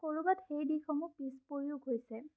ক'ৰবাত সেই দিশসমূহ পিছ পৰিও গৈছে